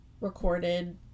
recorded